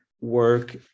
work